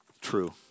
true